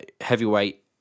heavyweight